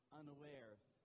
unawares